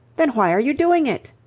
then why are you doing it?